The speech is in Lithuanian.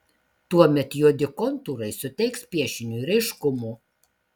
tuomet juodi kontūrai suteiks piešiniui raiškumo